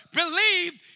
believed